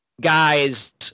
guys